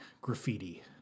graffiti